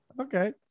Okay